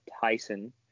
Tyson